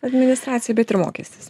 administracijai bet ir mokestis